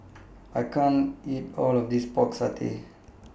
I can't eat All of This Pork Satay